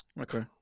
Okay